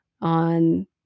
on